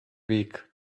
week